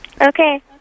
Okay